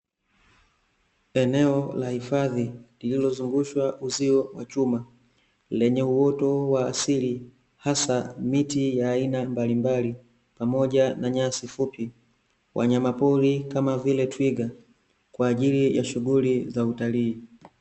Eneo la hifadhi, lililozungushwa uzio wa chuma, lenye uoto wa asili, hasa miti ya aina mbalimbali pamoja na nyasi fupi, wanyama pori kama vile twiga kwaajili ya shughuli za utalii.